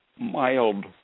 mild